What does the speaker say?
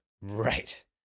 Right